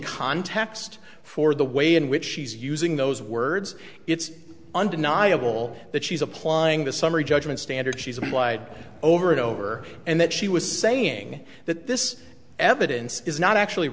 context for the way in which she's using those words it's undeniable that she's applying the summary judgment standard she's applied over and over and that she was saying that this evidence is not actually